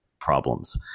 problems